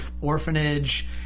orphanage